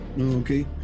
okay